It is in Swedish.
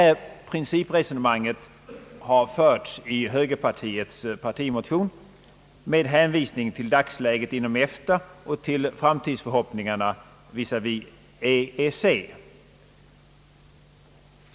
Detta principresonemang har i högerpartiets partimotion förts med hänvisning till dagsläget inom EFTA och till framtidsförhoppningarna beträffande EEC.